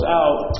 out